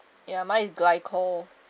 ya mine is glycol